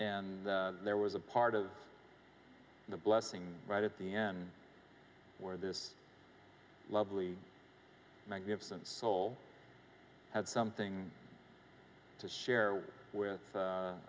and there was a part of the blessing right at the end where this lovely magnificent soul had something to share with